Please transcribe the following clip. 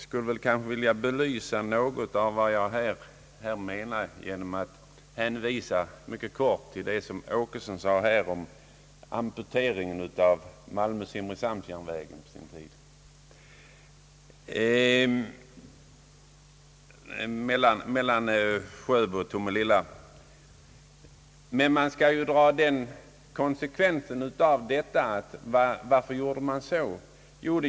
Herr talman! Jag vill något belysa vad jag menar genom att hänvisa till vad herr Åkesson sade om amputeringen av Malmö—Simrishamnsjärnvägen, delen mellan Sjöbo och Tomelilla, på sin tid. Varför gjorde man så?